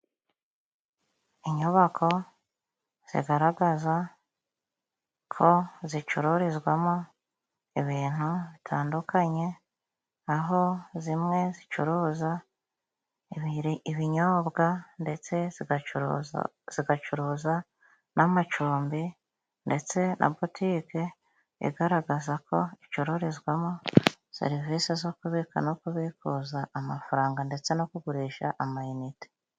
Inyubako zigaragaza ko zicururizwamo ibintu bitandukanye, aho zimwe zicuruza ibinyobwa ndetse zigacuruza, zigacuruza n'amacumbi ndetse na Butike igaragaza ko icurizwamo serivisi zo kubika no kubikuza amafaranga ndetse no kugurisha ama inite.